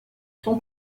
son